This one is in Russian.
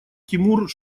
тимур